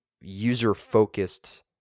user-focused